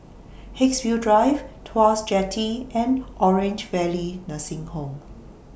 Haigsville Drive Tuas Jetty and Orange Valley Nursing Home